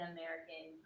American